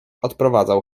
odprowadzał